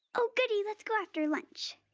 oh goodie, let's go after lunch.